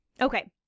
Okay